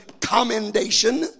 commendation